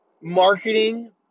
marketing